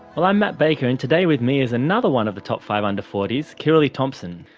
well, i'm matt baker and today with me is another one of the top five under forty s, kirrilly thompson.